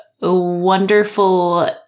wonderful